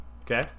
Okay